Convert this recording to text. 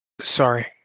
Sorry